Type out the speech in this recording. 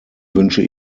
wünsche